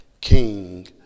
king